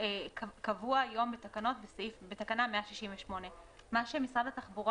קבוע היום בתקנה 168. מה שמשרד התחבורה